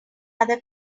other